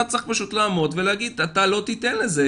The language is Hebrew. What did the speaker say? אתה צריך פשוט לעמוד ולהגיד שאתה לא תתן לזה,